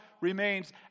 remains